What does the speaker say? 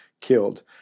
killed